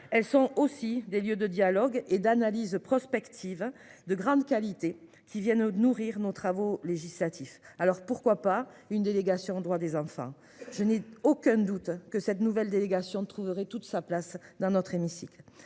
Elles sont aussi des lieux de dialogue et d'analyse prospective de grande qualité qui viennent nourrir nos travaux législatifs. Alors pourquoi pas une délégation aux droits des enfants. Je n'ai aucun doute que cette nouvelle délégation trouverez toute sa place dans notre hémicycle